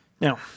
Now